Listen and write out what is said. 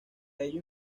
ello